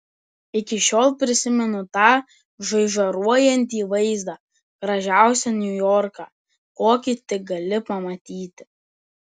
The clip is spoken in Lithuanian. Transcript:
iki šiol prisimenu tą žaižaruojantį vaizdą gražiausią niujorką kokį tik gali pamatyti